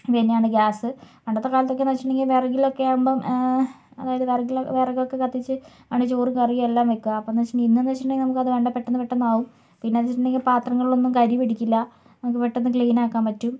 ഇതു തന്നെയാണ് ഗ്യാസ് പണ്ടത്തെ കാലത്തൊക്കെയെന്നു വച്ചിട്ടുണ്ടെങ്കിൽ വിറകിലൊക്കെ ആകുമ്പം അതായത് വിറകിൽ വിറകൊക്കെ കത്തിച്ച് ആണ് ചോറും കറിയെല്ലാം വയ്ക്കുക അപ്പം എന്നു വച്ചിട്ടുണ്ടെങ്കിൽ ഇന്നെന്ന് വച്ചിട്ടുണ്ടെങ്കിൽ നമുക്കത് വേണ്ട പെട്ടന്ന് പെട്ടന്ന് ആകും പിന്നെയെന്ന് വച്ചിട്ടുണ്ടെങ്കിൽ പാത്രങ്ങളിലൊന്നും കരി പിടിക്കില്ല നമുക്ക് പെട്ടന്ന് ക്ലീൻ ആക്കാൻ പറ്റും